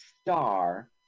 star